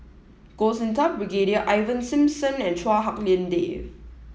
Goh Sin Tub Brigadier Ivan Simson and Chua Hak Lien Dave